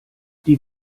die